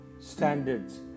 standards